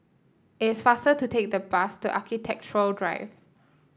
it is faster to take the bus to Architecture Drive